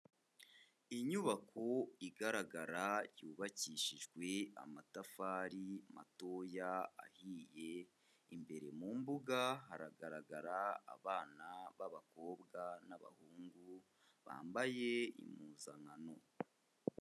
Inyubako igaragara yubakishijwe amatafari matoya ahiye, imbere mu mbuga haragaragara abana b'abakobwa n'abahungu bambaye impuzankano.